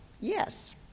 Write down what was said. yes